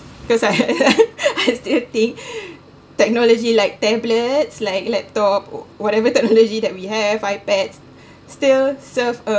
because I I still think technology like tablets like laptop or whatever technology that we have ipads still serve a